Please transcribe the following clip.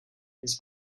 his